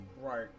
Right